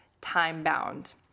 Time-bound